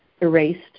erased